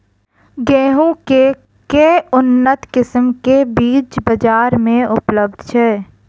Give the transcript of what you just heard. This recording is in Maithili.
गेंहूँ केँ के उन्नत किसिम केँ बीज बजार मे उपलब्ध छैय?